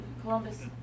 Columbus